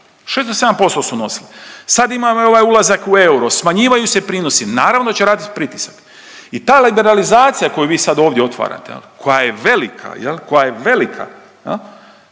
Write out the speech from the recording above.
do 7%, 6 do 7% su nosile, sad imamo evo ovaj ulazak u euro, smanjivaju se prinosi, naravno da će radit pritisak. I ta liberalizacija koju vi sad ovdje otvarate koja je velika, koja je velika,